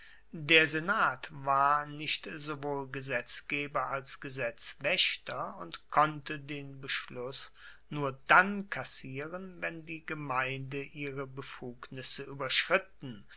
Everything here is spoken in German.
der senat war nicht sowohl gesetzgeber als gesetzwaechter und konnte den beschluss nur dann kassieren wenn die gemeinde ihre befugnisse ueberschritten